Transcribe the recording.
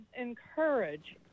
encourage